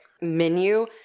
menu